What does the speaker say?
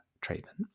treatment